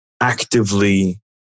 actively